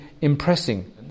impressing